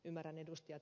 ymmärrän ed